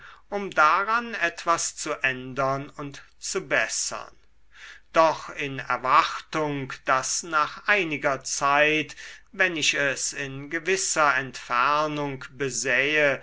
um daran etwas zu ändern und zu bessern doch in erwartung daß nach einiger zeit wenn ich es in gewisser entfernung besähe